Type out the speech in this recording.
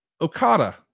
Okada